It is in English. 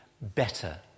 better